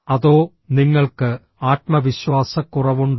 അതോ നിങ്ങൾക്ക് ആത്മവിശ്വാസക്കുറവുണ്ടോ